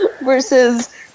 Versus